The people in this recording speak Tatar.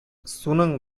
суның